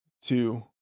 two